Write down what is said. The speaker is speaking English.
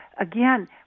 again